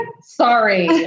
Sorry